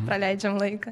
praleidžiam laiką